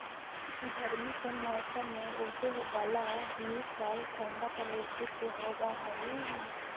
गर्मी के मौसम में उगे बला ई फल ठंढा प्रवृत्ति के होब हई